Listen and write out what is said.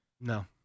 No